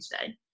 today